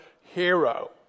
hero